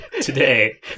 today